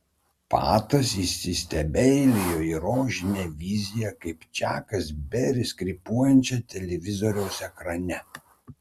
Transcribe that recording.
patas įsistebeilijo į rožinę viziją kaip čakas beris krypuojančią televizoriaus ekrane